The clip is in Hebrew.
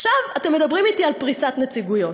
עכשיו אתם מדברים אתי על פריסת נציגויות.